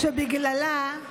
שבגללה,